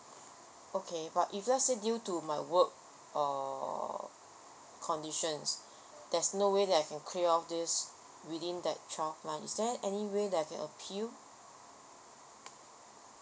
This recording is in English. okay but if let's say due to my work or conditions there's no way that I can clear off this within that twelve months is there any way that I can appeal